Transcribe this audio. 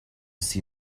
see